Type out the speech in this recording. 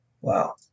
Wow